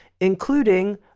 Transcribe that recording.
including